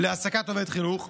להעסקת עובד חינוך,